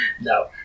No